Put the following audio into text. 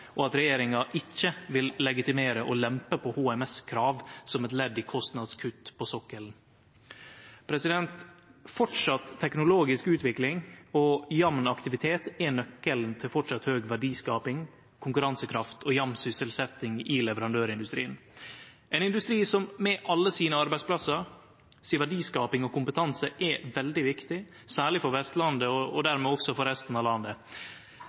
og at regjeringa ikkje vil legitimere å lempe på HMS-krav som eit ledd i kostnadskutt på sokkelen. Framleis teknologisk utvikling og jamn aktivitet er nøkkelen til framleis høg verdiskaping, konkurransekraft og jamn sysselsetjing i leverandørindustrien, ein industri som med alle arbeidsplassane sine, verdiskapinga si og kompetansen sin er veldig viktig, særleg for Vestlandet – og dermed også for resten av landet.